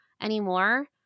anymore